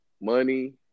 money